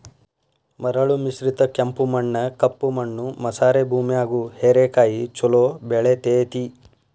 ಮರಳು ಮಿಶ್ರಿತ ಕೆಂಪು ಮಣ್ಣ, ಕಪ್ಪು ಮಣ್ಣು ಮಸಾರೆ ಭೂಮ್ಯಾಗು ಹೇರೆಕಾಯಿ ಚೊಲೋ ಬೆಳೆತೇತಿ